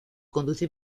conduce